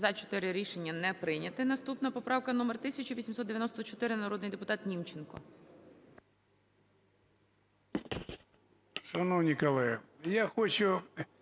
За-4 Рішення не прийнято. Наступна поправка номер 1894. Народний депутат Німченко.